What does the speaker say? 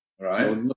Right